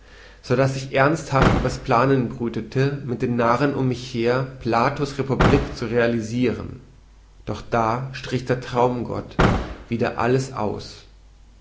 so daß ich ernsthaft über planen brütete mit den narren um mich her plato's republick zu realisiren doch da strich der traumgott wieder alles aus